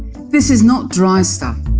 this is not dry stuff.